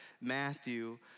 Matthew